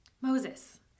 Moses